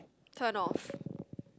turn off